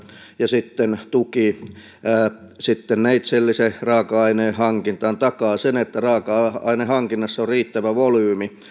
ja sitten tuki neitseellisen raaka aineen hankintaan takaa sen että raaka ainehankinnassa on riittävä volyymi